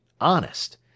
Honest